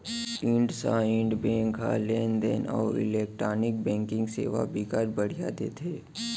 IndusInd bank ह लेन देन अउ इलेक्टानिक बैंकिंग सेवा बिकट बड़िहा देथे